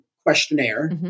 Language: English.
questionnaire